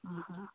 ହଁ ହଁ